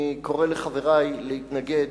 ואני קורא לחברי להתנגד